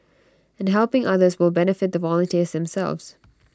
and helping others will benefit the volunteers themselves